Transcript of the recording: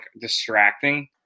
distracting